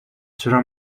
چرا